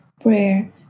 prayer